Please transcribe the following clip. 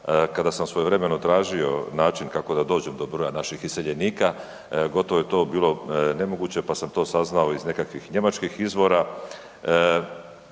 kada sam svojevremeno tražio način kako da dođem do broja naših iseljenika gotovo je to bilo nemoguće pa sam to saznao iz nekakvih njemačkih izvora.